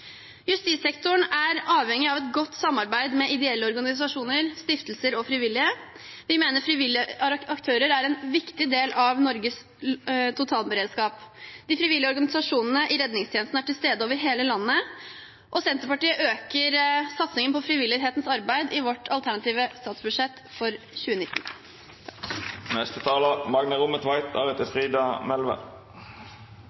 Justissektoren er avhengig av et godt samarbeid med ideelle organisasjoner, stiftelser og frivillige. Vi mener frivillige aktører er en viktig del av Norges totalberedskap. De frivillige organisasjonene i redningstjenesten er til stede over hele landet, og Senterpartiet øker satsingen på frivillighetens arbeid i sitt alternative statsbudsjett for 2019.